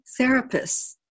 therapists